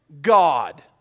God